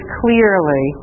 clearly